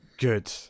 Good